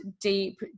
deep